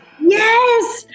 Yes